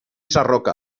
sarroca